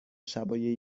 شبای